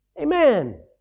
Amen